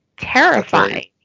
terrifying